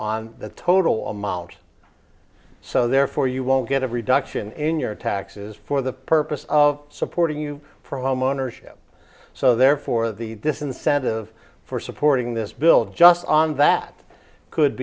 on the total amount so therefore you won't get a reduction in your taxes for the purpose of supporting you from ownership so therefore the disincentive for supporting this bill just on that could